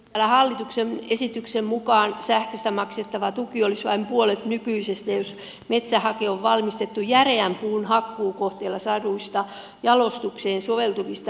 tämän hallituksen esityksen mukaan sähköstä maksettava tuki olisi vain puolet nykyisestä jos metsähake on valmistettu järeän puun hakkuukohteelta saaduista jalostukseen soveltuvista rungon osista